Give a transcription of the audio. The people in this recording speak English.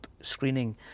screening